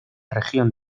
región